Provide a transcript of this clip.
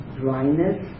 dryness